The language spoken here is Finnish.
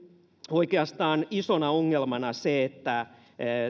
oikeastaan isona ongelmana se että